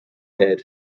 head